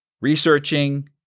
researching